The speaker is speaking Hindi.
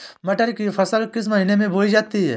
मटर की फसल किस महीने में बोई जाती है?